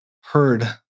heard